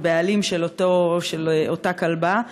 על-ידי בעלים של אותה כלבה.